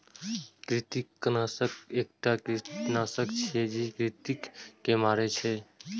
कृंतकनाशक एकटा कीटनाशक छियै, जे कृंतक के मारै छै